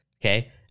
okay